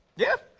yeah?